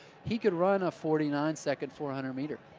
he could run a forty nine second four hundred meter.